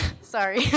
sorry